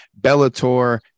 Bellator